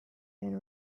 and